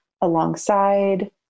alongside